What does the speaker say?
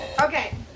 Okay